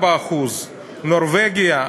4%. נורבגיה,